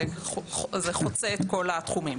זה חוצה את כל התחומים.